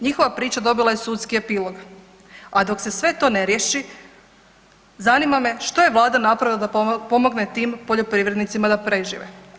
Njihova priča dobila je sudski epilog, a dok se sve to ne riješi zanima me što je vlada napravila da pomogne tim poljoprivrednicima da prežive?